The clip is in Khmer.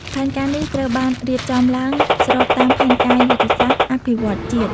ផែនការនេះត្រូវបានរៀបចំឡើងស្របតាមផែនការយុទ្ធសាស្ត្រអភិវឌ្ឍន៍ជាតិ។